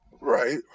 Right